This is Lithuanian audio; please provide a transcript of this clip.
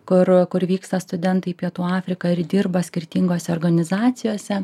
kur kur vyksta studentai į pietų afriką ir dirba skirtingose organizacijose